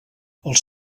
els